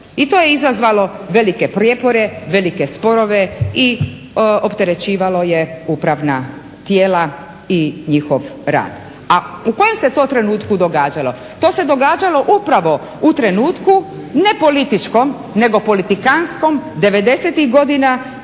I to je izazvalo velike prijepore, velike sporove i opterećivalo je upravna tijela i njihov rad. A u kojem se to trenutku događalo? To se događalo upravo u trenutku ne političkom nego politikanskom